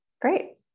Great